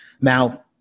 Now